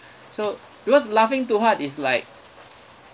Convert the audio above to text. so because laughing too hard it's like